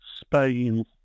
Spain